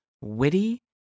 witty